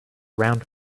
around